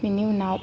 बिनि उनाव